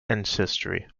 ancestry